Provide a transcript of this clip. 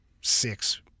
six